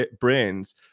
brains